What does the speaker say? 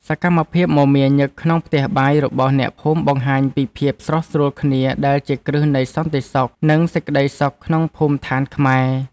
សកម្មភាពមមាញឹកក្នុងផ្ទះបាយរបស់អ្នកភូមិបង្ហាញពីភាពស្រុះស្រួលគ្នាដែលជាគ្រឹះនៃសន្តិសុខ និងសេចក្តីសុខក្នុងភូមិឋានខ្មែរ។